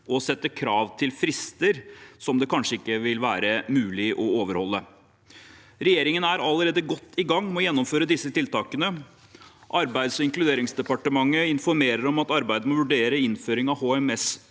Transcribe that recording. og setter krav til frister det kanskje ikke vil være mulig å overholde. Regjeringen er allerede godt i gang med å gjennomføre disse tiltakene. Arbeids- og inkluderingsdepartementet informerer om at arbeidet med å vurdere innføring av